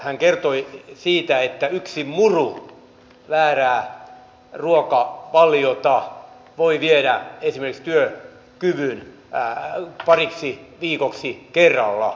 hän kertoi siitä että yksi muru väärää ruokavaliota voi viedä esimerkiksi työkyvyn pariksi viikoksi kerrallaan